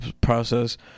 process